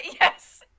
yes